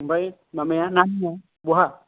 आमफाय माबायाना बहा